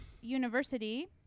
university